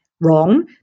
wrong